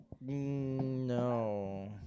No